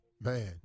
man